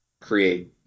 create